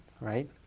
right